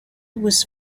was